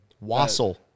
Wassel